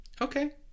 Okay